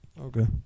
Okay